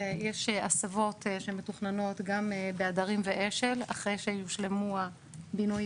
יש הסבות שמתוכננות גם בהדרים ואשל אחרי שיושלמו הבינוי